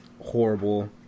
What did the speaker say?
horrible